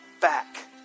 back